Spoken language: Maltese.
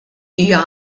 hija